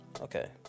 Okay